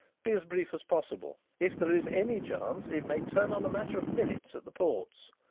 be as brief as possible. if there is any chance it may turn on a matter of minutes at the ports.